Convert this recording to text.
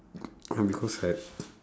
okay because right